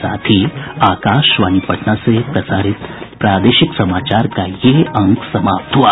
इसके साथ ही आकाशवाणी पटना से प्रसारित प्रादेशिक समाचार का ये अंक समाप्त हुआ